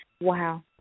Wow